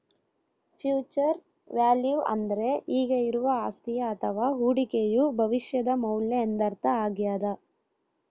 future value ಅಂದ್ರೆ ಈಗ ಇರುವ ಅಸ್ತಿಯ ಅಥವ ಹೂಡಿಕೆಯು ಭವಿಷ್ಯದ ಮೌಲ್ಯ ಎಂದರ್ಥ ಆಗ್ಯಾದ